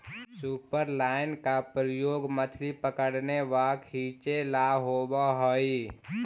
superline का प्रयोग मछली पकड़ने व खींचे ला होव हई